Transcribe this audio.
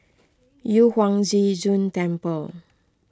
Yu Huang Zhi Zun Temple